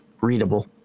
readable